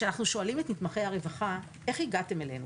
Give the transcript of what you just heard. כשאנחנו שואלים את נתמכי הרווחה: איך הגעתם אלינו,